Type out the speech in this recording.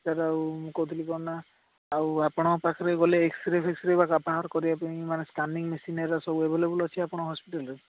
sir ଆଉ ମୁଁ କହୁଥିଲି କ'ଣ ନା ଆଉ ଆପଣଙ୍କ ପାଖରେ ଗଲେ ଏକ୍ସରେ ଫେକ୍ସରେ କରିବାପାଇଁ ମାନେ ସ୍କାନିଂ ମେସିନ୍ ହେରିକା ସବୁ ଆଭେଲେବଲ୍ ଅଛି ଆପଣଙ୍କ ହସ୍ପିଟାଲ୍ରେ